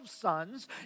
sons